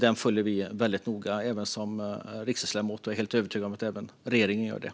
Detta följer jag som riksdagsledamot noga, och jag är övertygad om att även regeringen gör det.